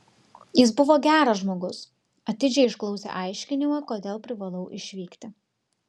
jis buvo geras žmogus atidžiai išklausė aiškinimą kodėl privalau išvykti